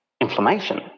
inflammation